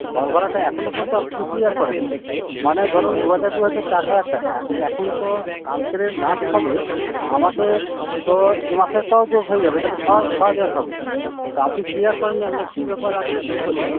ঘর ভাড়াটা এখনও পর্যন্ত আপনি ক্লিয়ার করেননি মানে ধরুন দু হাজার দু হাজার চার হাজার টাকা আর এই এখন তো কালকের লাস্ট হবে আমাকে তো এ মাসেরটাও যোগ হয়ে যাবে তাহলে ছ ছ হাজার হবে তো আপনি ক্লিয়ার করেননি আপনার কী ব্যাপার আপনি কী বলছেন